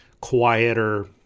quieter